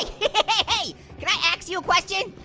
hey, hey! can i ax you a question?